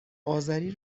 آذری